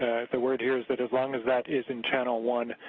the word here is that as long as that is in channel one,